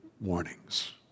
warnings